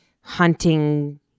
hunting